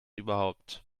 überhaupt